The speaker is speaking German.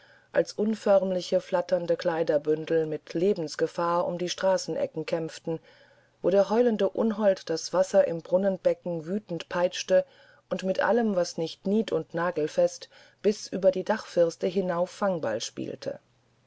als unförmliche flatternde kleiderbündel mit lebensgefahr um die straßenecken kämpften wo der heulende unhold das wasser im brunnenbecken wütend peitschte und mit allem was nicht niet und nagelfest bis über die dachfirste hinauf fangball spielte